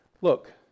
Look